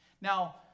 Now